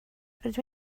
rydw